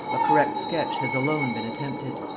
a correct sketch has alone been attempted.